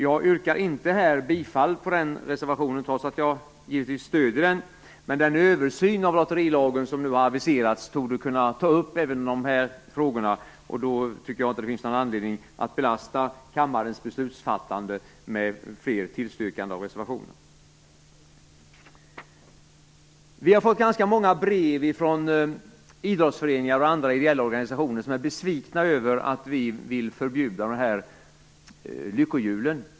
Jag yrkar inte bifall till den reservationen, trots att jag givetvis stöder den. Den översyn av lotterilagen som nu har aviserats torde kunna ta upp även dessa frågor, och då tycker jag inte att det finns någon anledning att belasta kammarens beslutsfattande med fler tillstyrkande av reservationer. Vi har fått ganska många brev från idrottsföreningar och andra ideella organisationer som är besvikna över att vi vill förbjuda lyckohjulen.